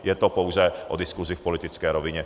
Je to pouze o diskusi v politické rovině.